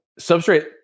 substrate